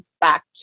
back